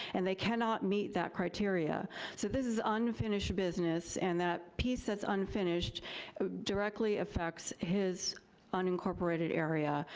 and they cannot meet that criteria, so this is ah unfinished business and that piece that's unfinished directly affects his unincorporated area,